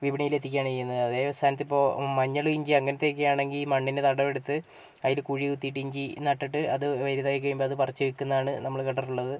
വിപണിയിലെത്തിക്കുകയാണ് ചെയ്യുന്നത് അതേ സ്ഥാനത്തിപ്പോൾ മഞ്ഞളും ഇഞ്ചിയും അങ്ങനത്തെയൊക്കെ ആണെങ്കിൽ മണ്ണിന് തടം എടുത്ത് അതിൽ കുഴികുത്തീട്ട് ഇഞ്ചി നട്ടിട്ട് അത് വലുതായി കഴിയുമ്പോൾ അത് പറിച്ച് വിൽക്കുന്നതാണ് നമ്മൾ കണ്ടിട്ടുള്ളത്